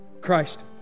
Christ